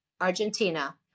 Argentina